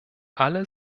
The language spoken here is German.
alle